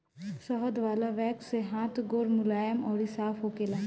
शहद वाला वैक्स से हाथ गोड़ मुलायम अउरी साफ़ होखेला